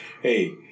Hey